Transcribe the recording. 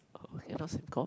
oh okay not same corp